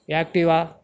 Activa